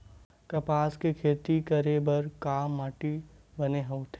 कपास के खेती करे बर का माटी बने होथे?